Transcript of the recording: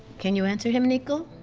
can you answer him, nico?